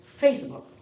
Facebook